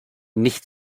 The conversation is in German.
nicht